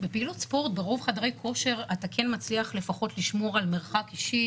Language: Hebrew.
בפעילות ספורט ברוב חדרי הכושר אתה כן מצליח לפחות לשמור על מרחק אישי,